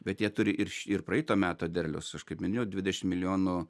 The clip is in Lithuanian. bet jie turi ir ir praeito meto derliaus aš kaip minėjau dvidešim milijonų